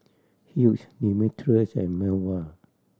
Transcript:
Hughes Demetrius and Melva